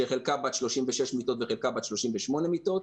שחלקה בת 36 מיטות וחלקה בת 38 מיטות,